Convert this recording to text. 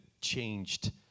changed